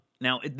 Now